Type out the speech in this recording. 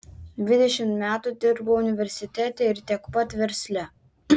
dvidešimt metų dirbau universitete ir tiek pat versle